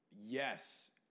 yes